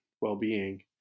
well-being